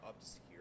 obscure